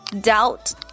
Doubt